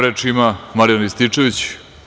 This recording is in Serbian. Reč ima Marijan Rističević.